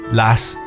last